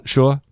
Sure